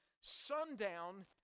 sundown